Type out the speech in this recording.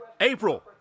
April